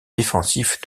défensifs